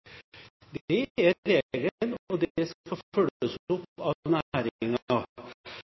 Det er regelen, og det skal følges opp